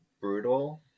brutal